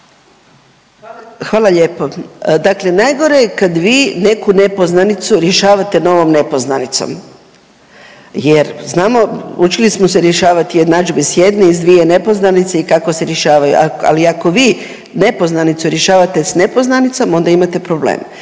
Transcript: Hvala lijepo. Dakle najgore je kad vi neku nepoznanicu rješavate novom nepoznanicom jer znamo, učili smo se rješavat jednadžbe s jedne i s dvije nepoznanice i kako se rješavaju, ali ako vi nepoznanicu rješavate s nepoznanicom onda imate problem.